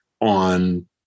on